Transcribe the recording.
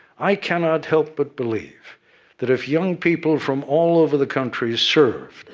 i cannot help but believe that, if young people from all over the country served,